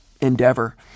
endeavor